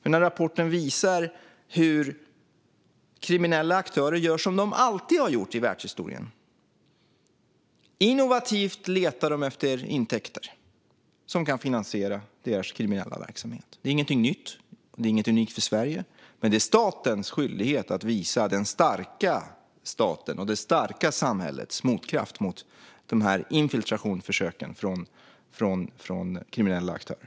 Rapporten visar hur kriminella aktörer gör som de alltid har gjort i världshistorien. De letar innovativt efter intäkter som kan finansiera deras kriminella verksamhet. Det är ingenting nytt och det är inget unikt för Sverige, men det är statens skyldighet att visa den starka statens och det starka samhällets motkraft mot infiltrationsförsöken från kriminella aktörer.